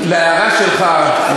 להערה שלך,